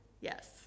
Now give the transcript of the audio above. yes